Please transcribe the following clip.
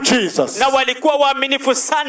Jesus